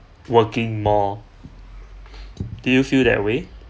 working more do you feel that way